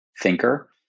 thinker